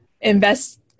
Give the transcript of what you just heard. invest